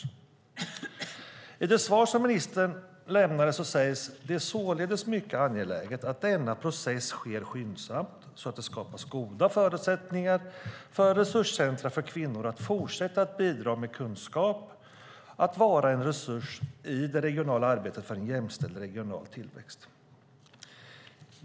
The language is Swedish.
I det skriftliga svar som ministern lämnade sägs: "Det är således mycket angeläget att denna process sker skyndsamt så att det skapas goda förutsättningar för resurscentrum för kvinnor att fortsätta att bidra med kunskap och vara en resurs i det regionala arbetet för en jämställd regional tillväxt."